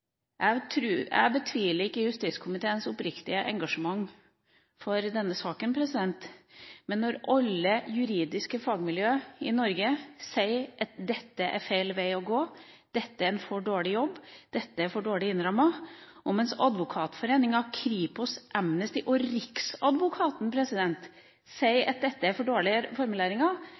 Jeg betviler ikke justiskomiteens oppriktige engasjement for denne saken, men alle juridiske fagmiljøer i Norge sier at dette er feil vei å gå, dette er en for dårlig jobb, dette er for dårlig innrammet. Og når Advokatforeningen, Kripos, Amnesty og Riksadvokaten sier at dette er for dårlige formuleringer,